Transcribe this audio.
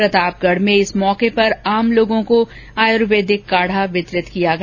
प्रतापंगढ में इस मौके पर आम लोगों को आयुर्वेदिक काढ़ा वितरित किया गया